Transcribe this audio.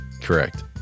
Correct